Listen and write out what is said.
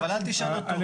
אבל אל תשאל אותו.